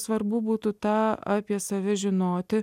svarbu būtų tą apie save žinoti